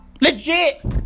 Legit